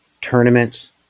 tournaments